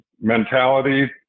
mentality